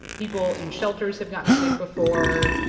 people in shelters have gotten sick before.